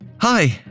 Hi